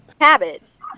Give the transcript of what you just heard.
habits